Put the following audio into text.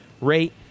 rate